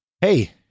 hey